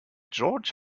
george